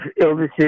illnesses